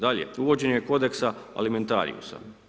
Dalje, uvođenje kodeksa alimenatrijusa.